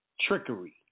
trickery